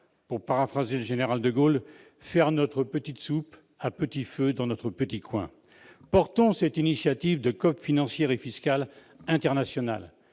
pour paraphraser le général de Gaulle, faire notre petite soupe, à petit feu, dans notre petit coin ! Portons cette initiative de COP financière et fiscale internationale